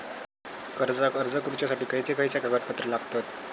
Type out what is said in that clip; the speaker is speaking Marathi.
कर्जाक अर्ज करुच्यासाठी खयचे खयचे कागदपत्र लागतत